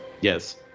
Yes